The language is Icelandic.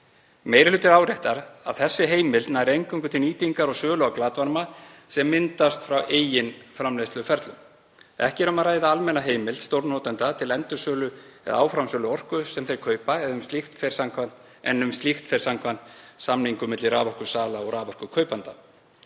Meiri hlutinn áréttar að þessi heimild nær eingöngu til nýtingar og sölu á glatvarma sem myndast frá eigin framleiðsluferlum. Ekki er um að ræða almenna heimild stórnotenda til endursölu eða áframsölu orku sem þeir kaupa, en um slíkt fer samkvæmt samningum milli raforkusala og raforkukaupanda.